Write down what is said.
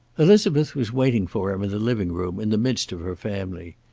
elizabeth was waiting for him in the living-room, in the midst of her family.